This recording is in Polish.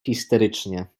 histerycznie